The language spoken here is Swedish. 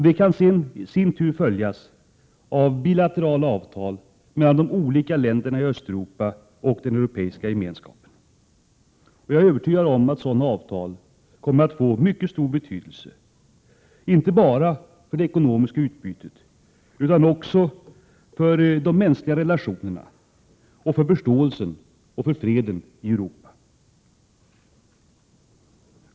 Det kan sedan i sin tur följas av bilaterala avtal mellan de olika länderna i Östeuropa och den europeiska gemenskapen. Jag är övertygad om att sådana avtal kommer att få mycket stor betydelse, inte bara för det ekonomiska utbytet utan också för de mänskliga relationerna och för förståelsen och freden i Europa.